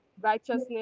righteousness